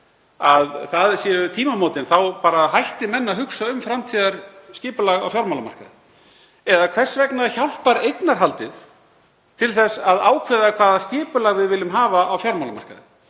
að það séu tímamótin? Þá hætti menn að nenna að hugsa um framtíðarskipulag á fjármálamarkaði? Eða hvers vegna hjálpar eignarhaldið til að ákveða hvaða skipulag við viljum hafa á fjármálamarkaði?